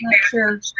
sure